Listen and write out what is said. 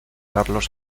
carlos